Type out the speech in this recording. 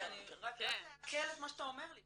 רק לעכל את מה שאתה אומר לי,